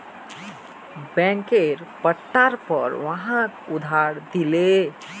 बैंकेर पट्टार पर वहाक उधार दिले